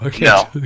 No